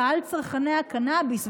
קהל צרכני הקנביס,